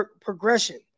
progression